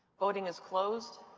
voting is closed.